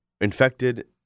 Infected